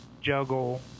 juggle